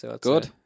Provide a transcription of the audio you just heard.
good